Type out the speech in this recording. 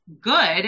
good